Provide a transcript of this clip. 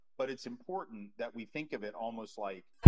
but it's important that we think of it almost like,